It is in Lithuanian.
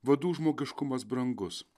vadų žmogiškumas brangus